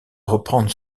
reprendre